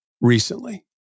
recently